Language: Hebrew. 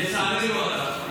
לצערנו הרב,